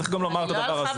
צריך לומר גם את הדבר הזה.